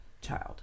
child